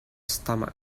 stomach